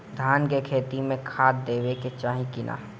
धान के खेती मे खाद देवे के चाही कि ना?